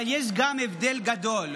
אבל יש גם הבדל גדול: